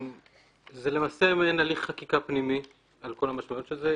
זה מין תהליך חקיקה פנימי על כל המורכבות של זה.